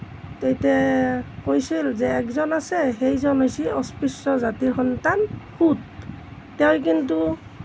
তেতিয়া কৈছিল যে এজন আছে সেইজন হৈছে অস্পৃশ্য জাতিৰ সন্তান সুত তেওঁৰ কিন্তু